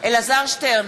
אלעזר שטרן,